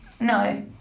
No